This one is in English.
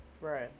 right